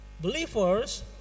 believers